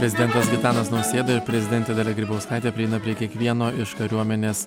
prezidentas gitanas nausėda ir prezidentė dalia grybauskaitė prieina prie kiekvieno iš kariuomenės